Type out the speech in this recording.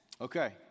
Okay